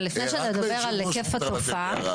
אבל לפני שנדבר על היקף התופעה,